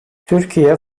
türkiye